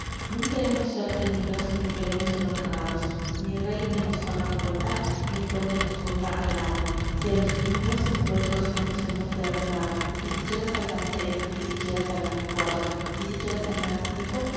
non queremos ser tenidos ni queremos ser honrados ni rey de nos faga cuenta ni conde nos ponga al lado si á los primeros encuentros no los hemos derribado y siquiera salgan tres y siquiera salgan cuatro y siquiera salgan cinco